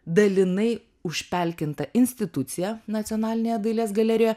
dalinai užpelkinta institucija nacionalinėje dailės galerijoje